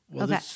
Okay